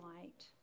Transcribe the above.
light